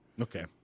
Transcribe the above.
Okay